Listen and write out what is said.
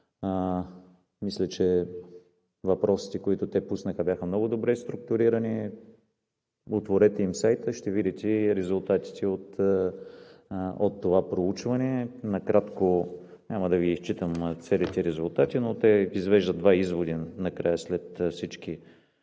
Мисля, че въпросите, които те пуснаха, бяха много добре структурирани. Отворете сайта им и ще видите резултатите от проучването. Накратко, няма да Ви изчитам целите резултати, но те накрая, след всички